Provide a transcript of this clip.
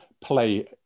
play